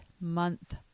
month